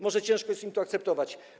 Może ciężko jest im to akceptować.